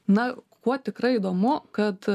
na kuo tikrai įdomu kad